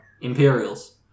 Imperials